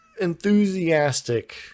enthusiastic